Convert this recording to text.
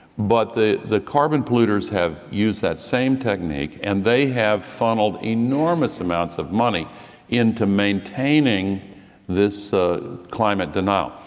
but the the carbon polluters have used that same technique, and they have funneled enormous amounts of money into maintaining this climate denial.